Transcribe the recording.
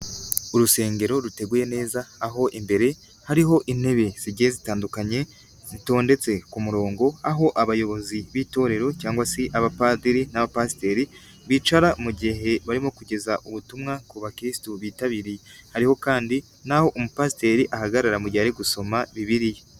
Urusengero ruteguye neza, aho imbere hariho intebe zigiye zitandukanye, zitondetse ku murongo, aho abayobozi b'itorero cyangwa se abapadiri n'abapasiteri, bicara mu gihe barimo kugeza ubutumwa ku bakiristu bitabiriye, hariho kandi nahoho umupasiteri ahagarara mu gihe ari gusoma bibiliya.